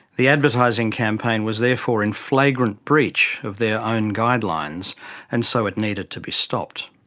the advertising campaign was therefore in flagrant breach of their own guidelines and so it needed to be stopped.